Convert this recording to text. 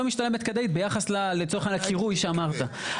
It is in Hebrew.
משתלמת כדאית ביחס לצורך העניין לקירוי שאמרת.